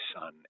son